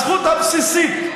הזכות הבסיסית,